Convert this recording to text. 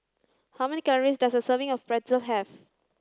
how many calories does a serving of Pretzel have